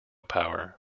power